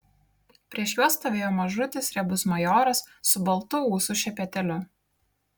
prieš juos stovėjo mažutis riebus majoras su baltu ūsų šepetėliu